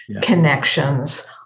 connections